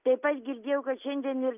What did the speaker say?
taip pat girdėjau kad šiandien ir